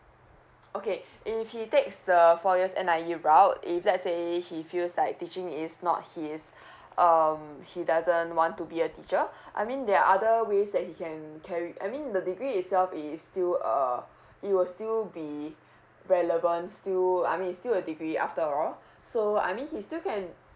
okay if he takes the four years N_I_E route if let's say he feels like teaching is not his um he doesn't want to be a teacher I mean there're other ways that he can carry I mean the degree itself it is still err it will still be relevant still I mean it's still a degree after all so I mean he still can